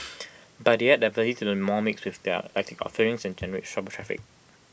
but they add diversity to the mall mix with their eclectic offerings and generate shopper traffic